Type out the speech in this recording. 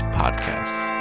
podcasts